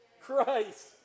Christ